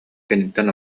киниттэн